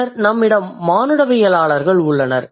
பின்னர் நம்மிடம் மானுடவியலாளர்கள் உள்ளனர்